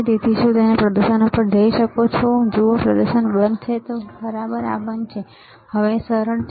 તેથી શું તમે પ્રદર્શન પર જઈ શકો છો જુઓ પ્રદર્શન બંધ છે બધુ બરાબર આ બંધ છે સરળ છે